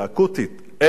איפה הפתרונות?